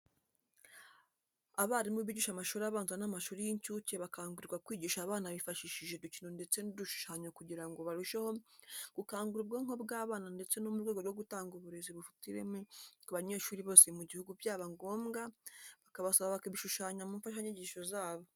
Abarimu bigisha amashuri abanza n'amashuri y'incuke bakangurirwa kwigisha abana bifashishije udukino ndetse n'udushushanyo kugira ngo barusheho gukangura ubwonko bw'abana ndetse no mu rwego rwo gutanga uburezi bufite ireme ku banyeshuri bose mu gihugu byaba ngomba bakabasaba kubishushanya mu mfashanyigisho zabo.